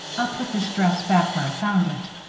i'll put this dress back where i found it.